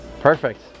Perfect